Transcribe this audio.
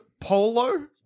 Polo